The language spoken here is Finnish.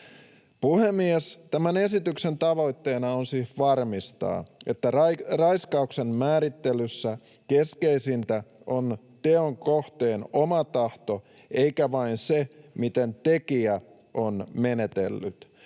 Puhemies! Tämän esityksen tavoitteena on siis varmistaa, että raiskauksen määrittelyssä keskeisintä on teon kohteen oma tahto eikä vain se, miten tekijä on menetellyt.